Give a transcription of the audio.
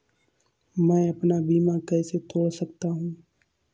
मैं अपना बीमा कैसे तोड़ सकता हूँ?